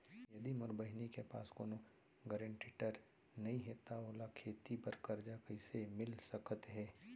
यदि मोर बहिनी के पास कोनो गरेंटेटर नई हे त ओला खेती बर कर्जा कईसे मिल सकत हे?